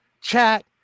chat